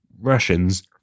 Russians